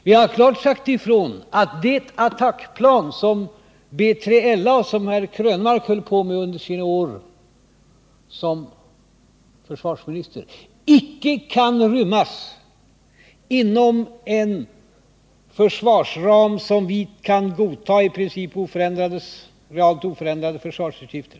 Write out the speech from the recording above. Vi har klart sagt ifrån att kostnaderna för attackplanet B3LA, som Eric Krönmark var engagerad i under sina år som försvarsminister, icke kan rymmas inom ramen för i princip realt sett oförändrade försvarsutgifter.